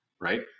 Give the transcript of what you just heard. right